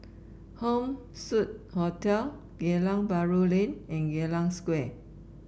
Home Suite Hotel Geylang Bahru Lane and Geylang Square